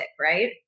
right